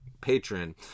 patron